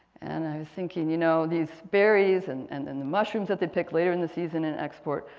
and i was thinking you know these berries and and and the mushrooms that they pick later in the season and export.